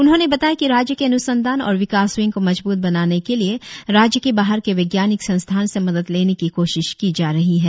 उन्होंने बताया कि राज्य के अनुसंधान और विकास विंग को मजबूत बनाने के लिए राज्य के बाहर के वैज्ञानिक संस्थान से मदद लेने को कोशिश की जा रही है